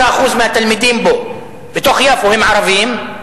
ש-45% מהתלמידים בו הם ערבים.